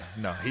No